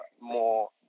more